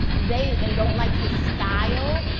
they and don't like his style,